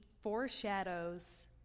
foreshadows